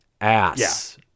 ass